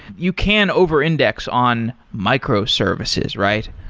you can over index on micro services, right?